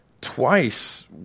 twice